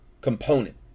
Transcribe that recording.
component